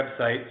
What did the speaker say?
website